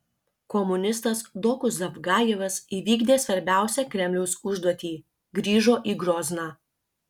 komunistas doku zavgajevas įvykdė svarbiausią kremliaus užduotį grįžo į grozną